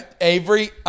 Avery